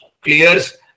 clears